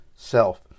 Self